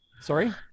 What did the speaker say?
sorry